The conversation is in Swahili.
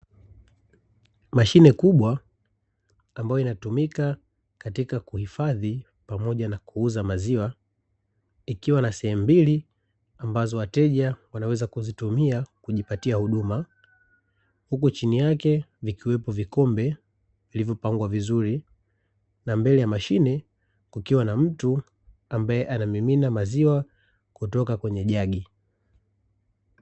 Mashine kubwa ambayo inayotumika katika kuhifadhi pamoja na kuuza maziwa ikiwa na sehemu mbili, ambazo wateja wanaweza kuzitumia kujipatia huduma, huku chini yake vikiwepo vikombe vikivyopangwa vizuri na mbele ya mashine kukiwa na mtu ambaye anamimina maziwa kutoka kwenye jagi .